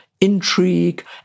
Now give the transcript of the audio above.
intrigue